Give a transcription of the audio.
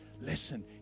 Listen